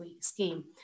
scheme